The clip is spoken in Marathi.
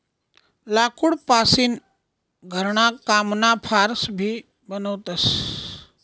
लाकूड पासीन घरणा कामना फार्स भी बनवतस